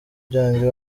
byanjye